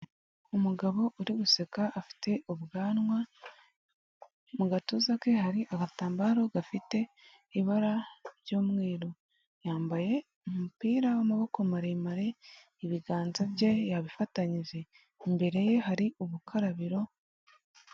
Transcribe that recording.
Umugabo uri guseka afite ubwanwa, mu gatuza ke hari agatambaro gafite ibara ry'umweru. Yambaye umupira w'amaboko maremare, ibiganza bye yabifatanyije. Imbere ye hari ubukarabiro.